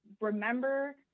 remember